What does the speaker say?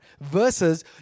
Versus